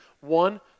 One